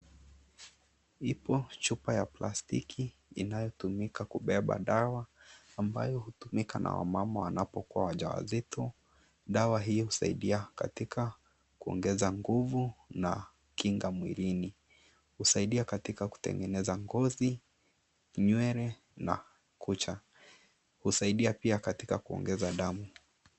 Ipo chupa ya plastiki inayotumika kubeba dawa ambayo hutumika na wamama wanapopokuwa wajawazito. Dawa hii husaidia katika kuongeza nguvu na kinga muirini. Husaidia katika kutengeneza ngozi, nywele, na kucha. Husaidia pia katika kuongeza damu.